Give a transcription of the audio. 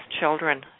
children